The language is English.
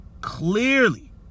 clearly